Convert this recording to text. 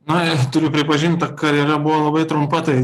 na turiu pripažint ta karjera buvo labai trumpa tai